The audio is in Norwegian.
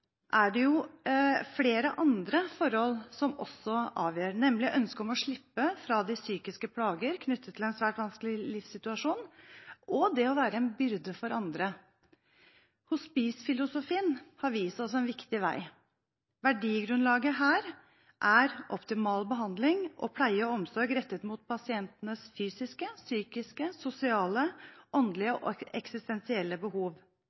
er det flere andre forhold som også avgjør, nemlig ønsket om å slippe fra de psykiske plagene knyttet til en svært vanskelig livssituasjon, og det å være en byrde for andre. Hospice-filosofien har vist oss en viktig vei. Verdigrunnlaget her er optimal behandling og pleie og omsorg rettet mot pasientenes fysiske, psykiske, sosiale, åndelige og eksistensielle behov.